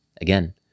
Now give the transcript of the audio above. Again